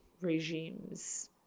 regimes